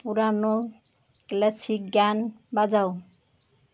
পুরানো ক্লাসিক গান বাজাও